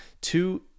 Two